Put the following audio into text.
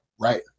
right